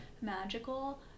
magical